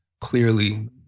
clearly